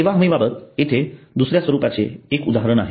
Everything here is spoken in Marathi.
सेवा हमीबाबत येथे दुसऱ्या स्वरूपाचे एक उदाहरण आहे